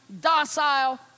docile